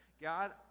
God